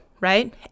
right